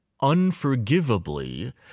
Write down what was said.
unforgivably